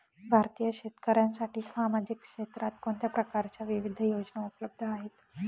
भारतीय शेतकऱ्यांसाठी सामाजिक क्षेत्रात कोणत्या प्रकारच्या विविध योजना उपलब्ध आहेत?